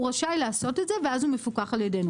הוא רשאי לעשות את זה ואז הוא מפוקח על ידינו.